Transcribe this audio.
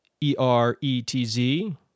E-R-E-T-Z